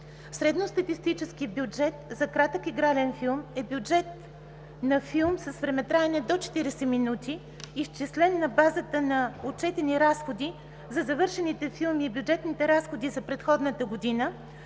„Средностатистически бюджет за кратък игрален филм” е бюджет на филм с времетраене до 40 минути, изчислен на базата на отчетени разходи за завършените филми и бюджетните разходи за предходната година,